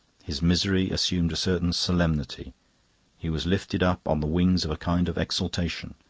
his misery assumed a certain solemnity he was lifted up on the wings of a kind of exaltation.